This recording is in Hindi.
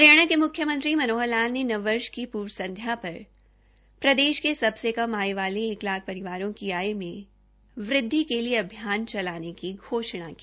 हरियाणा के मुख्यमंत्री मनोहर लाल ने नव वर्ष की पूर्व संध्या पर प्रदेश के सबसे कम आय वाले लाख परिवारों की आयमे वृद्धि के लिए अभियान चलाने की घोषणा की